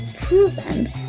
proven